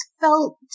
felt